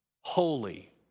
holy